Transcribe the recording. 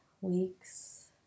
weeks